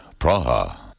Praha